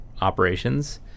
operations